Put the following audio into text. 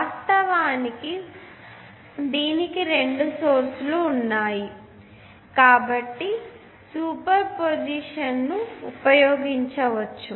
వాస్తవానికి దీనికి రెండు సోర్స్ లు ఉన్నాయి కాబ్బటి సూపర్ పొజిషన్ ను ఉపయోగించవచ్చు